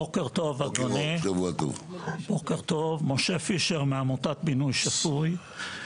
בוקר טוב, משה פישר מעמותת "בינוי שפוי".